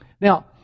Now